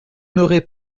n’aurez